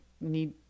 need